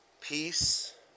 peace